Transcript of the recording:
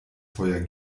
feuer